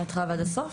מההתחלה ועד הסוף,